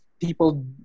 people